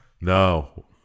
No